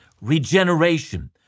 regeneration—